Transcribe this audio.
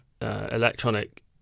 electronic